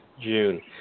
June